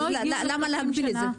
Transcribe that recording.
אז למה להגביל את זה?